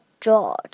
George